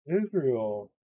Israel